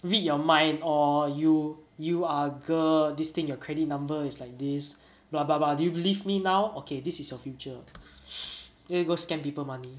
read your mind or you you are girl this thing your credit number is like this blah blah blah do you believe me now okay this is your future then you go scam people money